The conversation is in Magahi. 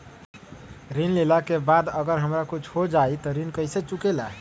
ऋण लेला के बाद अगर हमरा कुछ हो जाइ त ऋण कैसे चुकेला?